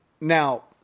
Now